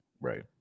Right